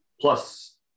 Plus